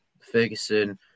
Ferguson